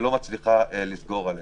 ולא מצליחה לסגור עליהם.